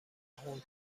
هنگ